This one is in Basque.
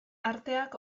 arteak